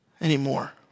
anymore